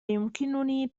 يمكنني